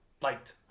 Light